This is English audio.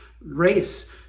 race